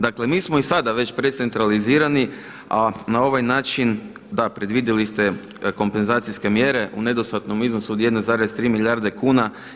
Dakle, mi smo i sada već precentralizirani, a na ovaj način da predvidjeli ste kompenzacijske mjere u nedostatnom iznosu od 1,3 milijarde kuna.